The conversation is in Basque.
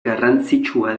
garrantzitsua